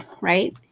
right